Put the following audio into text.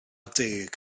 deg